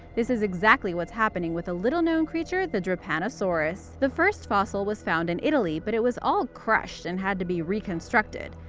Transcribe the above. this is exactly what's happening with a little known creature, the drepanosaurus. the first fossil was found in italy, but it was all crushed and had to be re-constructed.